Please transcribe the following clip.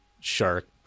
shark